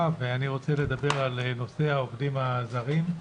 ואני רוצה לדבר על נושא העובדים הזרים,